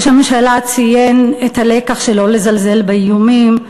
ראש הממשלה ציין את הלקח של לא לזלזל באיומים,